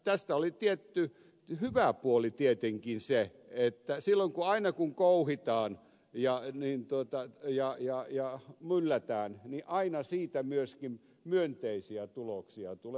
tästä oli tietty hyvä puoli tietenkin se että silloin kun kouhitaan ja myllätään aina siitä myöskin myönteisiä tuloksia tulee